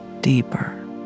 deeper